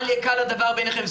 אל ייקל הדבר בעיניכם.